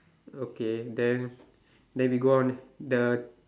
okay then then we go on the